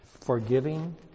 forgiving